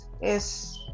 es